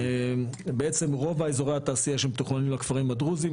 בעצם רוב אזורי התעשייה שמתוכננים לכפרים הדרוזים,